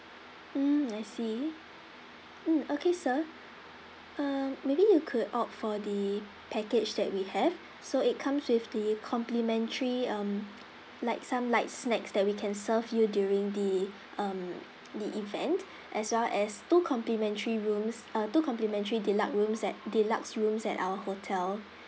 mm I see mm okay sir uh maybe you could opt for the package that we have so it comes with the complimentary um like some light snacks that we can serve you during the um the event as well as two complimentary rooms uh two complimentary deluxe rooms at deluxe rooms at our hotel